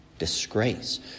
disgrace